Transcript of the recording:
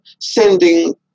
sending